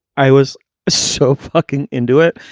i was so fucking into it.